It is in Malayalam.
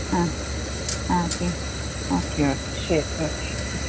ആ ഓക്കെ ഓക്കെ ഓക്കെ ശരി ഓക്കെ മ്മ്